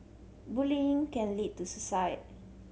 bullying can lead to suicide